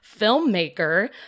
filmmaker